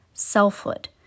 selfhood